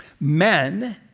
Men